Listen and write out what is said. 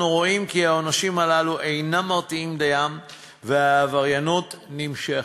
אנחנו רואים כי העונשים הללו אינם מרתיעים דיים והעבריינות נמשכת.